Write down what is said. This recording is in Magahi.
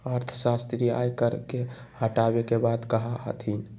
अर्थशास्त्री आय कर के हटावे के बात कहा हथिन